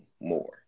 more